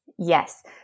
Yes